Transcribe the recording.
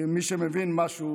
ומי שמבין משהו,